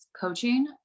coaching